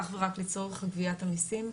אך ורק לצורך גביית המיסים,